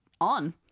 on